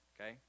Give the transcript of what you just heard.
okay